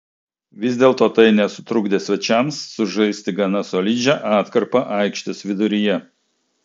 vis dėlto tai nesutrukdė svečiams sužaisti gana solidžią atkarpą aikštės viduryje